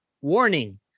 warning